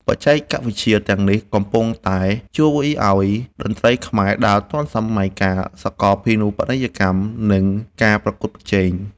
បច្ចេកវិទ្យាទាំងនេះកំពុងតែជួយឱ្យតន្ត្រីខ្មែរដើរទាន់សម័យកាលសកលភាវូបនីយកម្ម និង ការប្រកួតប្រជែង។